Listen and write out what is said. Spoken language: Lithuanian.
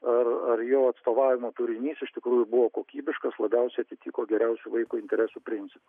ar ar jo atstovavimo turinys iš tikrųjų buvo kokybiškas labiausiai atitiko geriausių vaikui interesų principą